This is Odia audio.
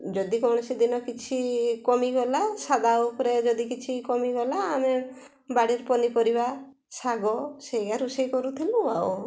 ଯଦି କୌଣସି ଦିନ କିଛି କମିଗଲା ସାଧା ଉପରେ ଯଦି କିଛି କମିଗଲା ଆମେ ବାଡ଼ିର ପନିପରିବା ଶାଗ ସେୟା ରୋଷେଇ କରୁଥିଲୁ ଆଉ